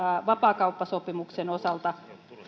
vapaakauppasopimuksen osalta